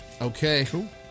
Okay